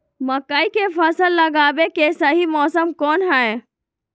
मकई के फसल लगावे के सही मौसम कौन हाय?